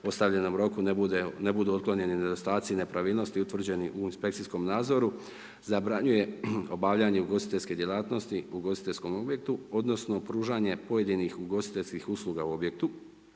ostavljenom roku ne budu otklonjeni nedostaci i nepravilnosti utvrđeni u inspekcijskom nadzoru, zabranjuje obavljanje ugostiteljske djelatnosti ugostiteljskom objektu, odnosno pružanje pojedinih ugostiteljskih usluga u objektu,